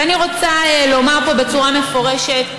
ואני רוצה לומר פה בצורה מפורשת,